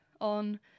on